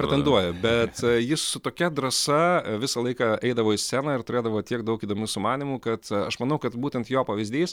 pretenduoja bet jis su tokia drąsa visą laiką eidavo į sceną ir turėdavo tiek daug įdomių sumanymų kad aš manau kad būtent jo pavyzdys